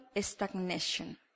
stagnation